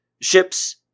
Ships